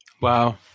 Wow